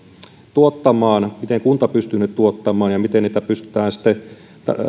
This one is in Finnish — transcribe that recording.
tuottamaan miten kunta pystyy ne tuottamaan ja miten niitä pystytään sitten